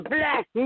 Black